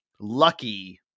lucky